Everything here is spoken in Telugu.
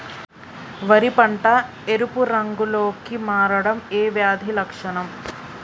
వరి పంట ఎరుపు రంగు లో కి మారడం ఏ వ్యాధి లక్షణం?